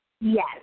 Yes